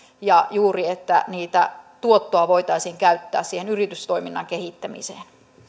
ja juuri että tuottoa voitaisiin käyttää siihen yritystoiminnan kehittämiseen